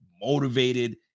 motivated